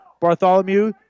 Bartholomew